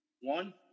One